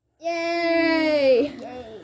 Yay